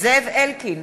זאב אלקין,